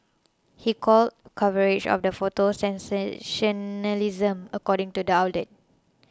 he called coverage of the photo sensationalism according to the outlet